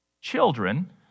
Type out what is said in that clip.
children